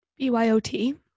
BYOT